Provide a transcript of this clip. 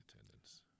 attendance